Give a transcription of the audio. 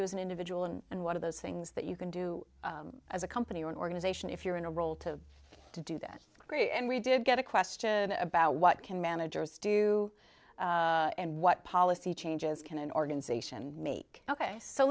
do as an individual and one of those things that you can do as a company or an organization if you're in a role to to do that and we did get a question about what can managers do and what policy changes can an organization meek ok so